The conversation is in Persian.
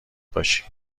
باشی